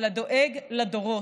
אבל הדואג לדורות,